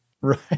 Right